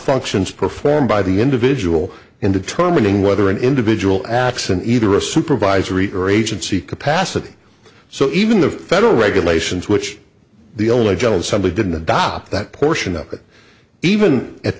functions performed by the individual in determining whether an individual acts in either a supervisory or agency capacity so even the federal regulations which the only general somebody didn't adopt that portion of it even at